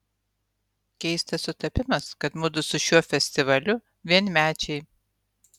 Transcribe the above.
keistas sutapimas kad mudu su šiuo festivaliu vienmečiai